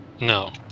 No